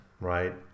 right